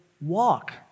walk